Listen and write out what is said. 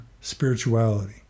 spirituality